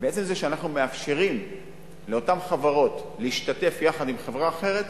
בעצם זה שאנחנו מאפשרים לאותן חברות להשתתף יחד עם חברה אחרת,